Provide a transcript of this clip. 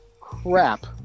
crap